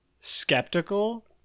skeptical